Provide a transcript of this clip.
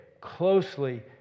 closely